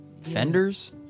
Fenders